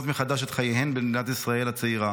מחדש את חייהן במדינת ישראל הצעירה,